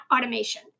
automation